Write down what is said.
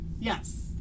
yes